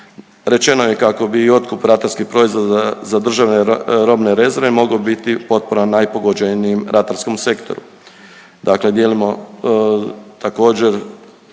Rečeno je kako bi i otkup ratarskih proizvoda za državne robne rezerve mogao biti potpora najpogođenijem ratarskom sektoru, dakle dijelimo također